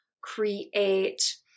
create